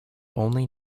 only